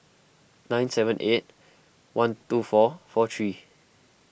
nine seven eight one two four four three